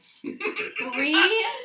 Three